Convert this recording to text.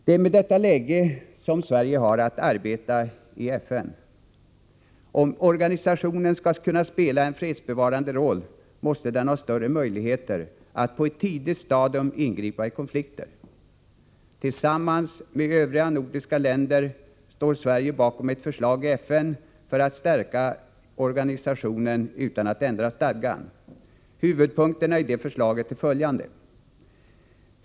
Det är med detta läge som Sverige har att arbeta i FN. Om organisationen skall kunna spela en fredsbevarande roll måste den ha större möjligheter att på ett tidigt stadium ingripa i konflikter. Tillsammans med övriga nordiska länder står Sverige bakom ett förslag i FN för att stärka organisationen utan att ändra stadgan. Huvudpunkterna i det förslaget är följande: 1.